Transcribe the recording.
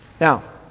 now